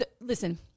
Listen